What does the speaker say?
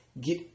get